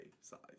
size